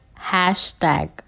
hashtag